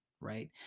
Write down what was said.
right